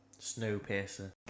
Snowpiercer